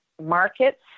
markets